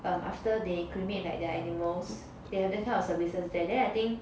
um after they cremate like their animals they have this kind of services there then I think